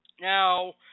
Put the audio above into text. Now